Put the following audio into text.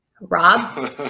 Rob